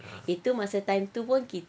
itu masa time tu pun kita